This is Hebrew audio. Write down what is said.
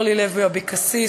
אורלי לוי אבקסיס,